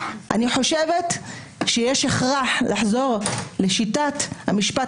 אני חושבת שיש הכרח לחזור לשיטת המשפט